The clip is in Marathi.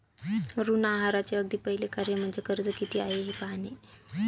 ऋण आहाराचे अगदी पहिले कार्य म्हणजे कर्ज किती आहे हे पाहणे